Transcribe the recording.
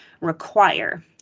require